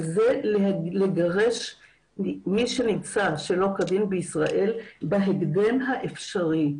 וזה לגרש מי שנמצא שלא כדין בישראל בהקדם האפשרי.